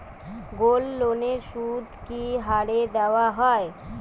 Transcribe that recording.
গোল্ডলোনের সুদ কি হারে দেওয়া হয়?